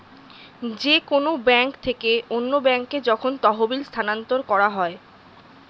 যে কোন ব্যাংক থেকে অন্য ব্যাংকে যখন তহবিল স্থানান্তর করা হয়